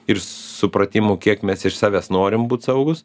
ir supratimu kiek mes iš savęs norim būt saugūs